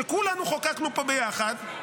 שכולנו חוקקנו פה ביחד,